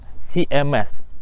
CMS